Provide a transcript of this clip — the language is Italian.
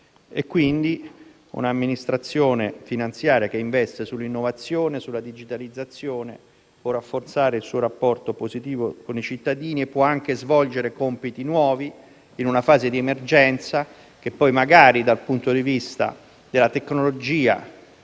Quindi un'amministrazione finanziaria che investe sull'innovazione e sulla digitalizzazione può rafforzare il suo rapporto positivo con i cittadini e anche svolgere compiti nuovi in una fase di emergenza che poi magari, dal punto di vista della tecnologia